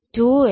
അതായത് 2LZL2